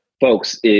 folks